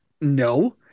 No